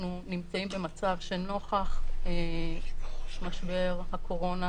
אנחנו נמצאים במצב שנוכח משבר הקורונה,